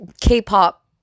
K-pop